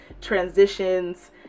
transitions